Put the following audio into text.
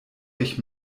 ich